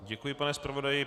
Děkuji, pane zpravodaji.